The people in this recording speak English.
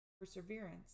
perseverance